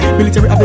Military